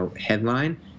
headline